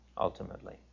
ultimately